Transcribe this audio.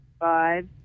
Five